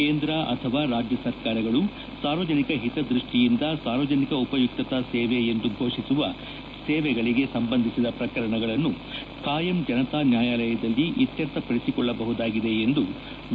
ಕೇಂದ್ರ ಅಥವಾ ರಾಜ್ಯ ಸರ್ಕಾರಗಳು ಸಾರ್ವಜನಿಕ ಹಿತದೃಷ್ಟಿಯಿಂದ ಸಾರ್ವಜನಿಕ ಉಪಯುಕ್ತತಾ ಸೇವೆ ಎಂದು ಘೋಷಿಸುವ ಸೇವೆಗಳಿಗೆ ಸಂಬಂಧಿಸಿದ ಪ್ರಕರಣಗಳನ್ನು ಖಾಯಂ ಜನತಾ ನ್ಯಾಯಾಲಯದಲ್ಲಿ ಇತ್ತರ್ಥ ಪಡಿಸಿಕೊಳ್ಳಬಹುದಾಗಿದೆ ಎಂದು ವಿ